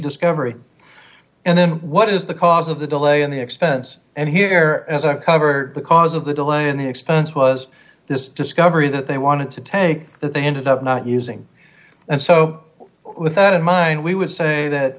discovery and then what is the cause of the delay in the expense and here as i cover because of the delay in the expense was this discovery that they wanted to take that they ended up not using and so with that in mind we would say that